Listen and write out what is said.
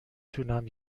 تونم